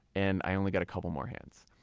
and i only got a couple more hands.